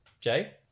Jay